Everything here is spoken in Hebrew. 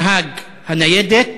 נהג הניידת